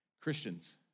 Christians